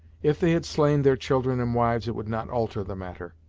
if they had slain their children and wives it would not alter the matter,